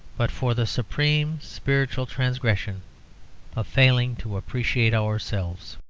but for the supreme spiritual transgression of failing to appreciate ourselves.